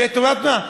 ואת יודעת מה?